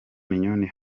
mignone